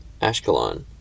Ashkelon